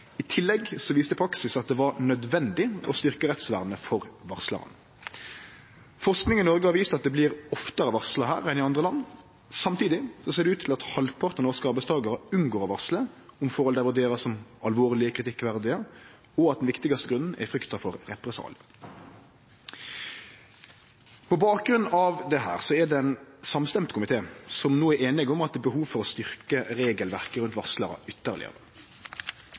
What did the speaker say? I tillegg viste praksis at det var nødvendig å styrkje rettsvernet for varslarar. Forsking i Noreg har vist at det blir oftare varsla her enn i andre land. Samtidig ser det ut til at halvparten av norske arbeidstakarar unngår å varsle om forhold dei vurderer som alvorlege og kritikkverdige, og at den viktigaste grunnen er frykta for represaliar. På bakgrunn av dette er det ein samstemd komité som no er einige om at det er behov for å styrkje regelverket rundt varslarar ytterlegare.